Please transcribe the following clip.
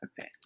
Okay